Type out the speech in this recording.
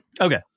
Okay